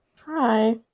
Hi